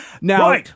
Now